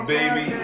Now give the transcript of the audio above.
Baby